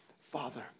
Father